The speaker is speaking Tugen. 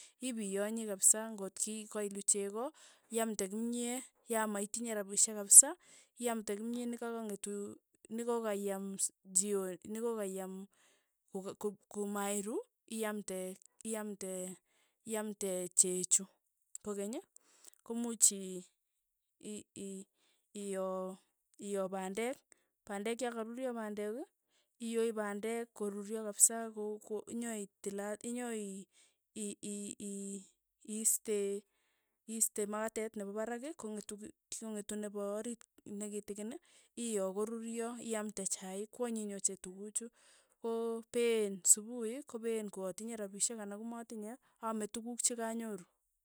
Ipiyonyi kapisa ngot ki kailu cheko, iamte kimyet, ya maitinye rapishek kapsa, iamte kimyee nekakang'etu nekokaiam chioni nekokaiam koka komairu iamte iamte iamte chechu, kokeny, komuch ii ii ii ioo pandek, pandek ya karuryo pandek iooii pandek koruryo kapisa ko- ko inyoitil inyoi inyoii iiste iiste makatet nepa parak kong'etu kong'etu nepa oriit nekitin iioo koruryo iamte chaik kwanyiny ochei tukuchu, ko peen supui kopeen ng'a tinye rapishek anan komatinye aame tukuk cha kanyoru.